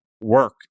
work